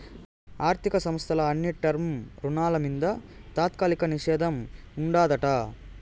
ఆర్థిక సంస్థల అన్ని టర్మ్ రుణాల మింద తాత్కాలిక నిషేధం ఉండాదట